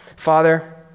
Father